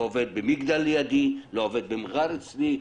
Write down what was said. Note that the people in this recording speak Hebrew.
זה לא עובד במגדל לידי, זה לא עובד במע'אר אצלי.